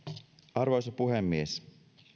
arvoisa puhemies